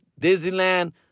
Disneyland